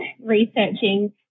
researching